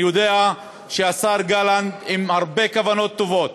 אני יודע שהשר גלנט עם הרבה כוונות טובות,